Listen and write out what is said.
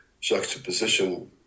juxtaposition